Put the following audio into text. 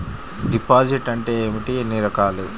Deposit అంటే ఏమిటీ ఎన్ని రకాలు?